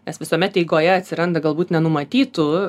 nes visuomet eigoje atsiranda galbūt nenumatytų